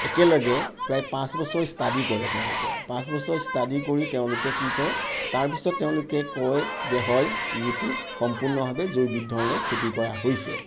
একেলগে প্ৰায় পাঁচ বছৰ ষ্টাডি কৰে তেওঁলোকে পাঁচ বছৰ ষ্টাডি কৰি তেওঁলোকে কি কৰে তাৰপিছত তেওঁলোকে কয় যে হয় এইটো সম্পূৰ্ণভাৱে জৈৱিক ধৰণে খেতি কৰা হৈছে